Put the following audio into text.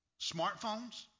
smartphones